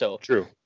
True